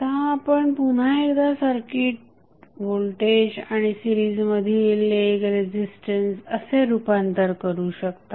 आता आपण पुन्हा एकदा सर्किट व्होल्टेज आणि सीरिज मधील एक रेझिस्टन्स असे रूपांतर करू शकता